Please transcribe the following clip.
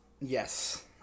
Yes